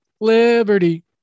Liberty